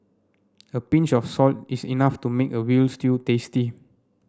a pinch of salt is enough to make a veal stew tasty